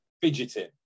fidgeting